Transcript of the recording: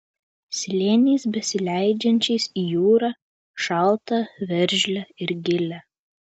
slėniais besileidžiančiais į jūrą šaltą veržlią ir gilią